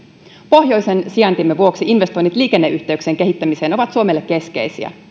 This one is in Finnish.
pohjoisen sijaintimme vuoksi investoinnit liikenneyhteyksien kehittämiseen ovat suomelle keskeisiä